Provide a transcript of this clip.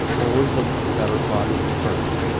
always look at a scatterplot first.